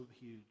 huge